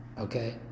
Okay